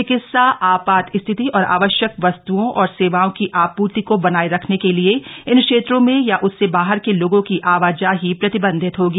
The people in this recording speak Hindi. चिकित्सा आपात स्थिति और आवश्यक वस्तुओं और सेवाओं की आपूर्ति को बनाए रखने के लिए इन क्षेत्रों में या उससे बाहर के लोगों की आवाजाही प्रतिबंधित होगी